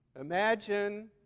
Imagine